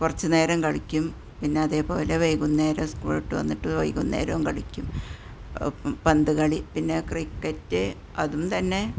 കുറച്ചു നേരം കളിക്കും പിന്നെ അതേപോലെ വൈകുന്നേരം സ്കൂൾ വിട്ടിട്ട് വന്നിട്ട് വൈകുന്നേരവും കളിക്കും പന്തു കളി പിന്നെ ക്രിക്കറ്റ് അതും തന്നെ